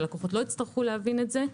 הלקוחות לא יצטרכו להבין את זה.